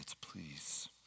please